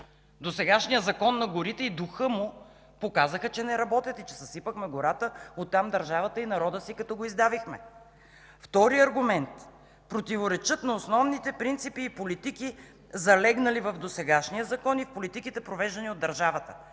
Досегашният Закон за горите и духът му показаха, че не работят и че съсипахме гората, а оттам държавата и народа си, като го издавихме. Вторият аргумент: „Противоречат на основните принципи и политики, залегнали в досегашния Закон, и в политиките, провеждани от държавата”.